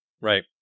Right